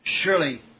Surely